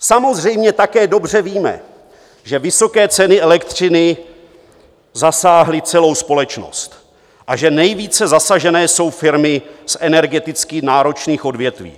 Samozřejmě také dobře víme, že vysoké ceny elektřiny zasáhly celou společnost a že nejvíce zasažené jsou firmy z energeticky náročných odvětví.